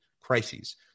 crises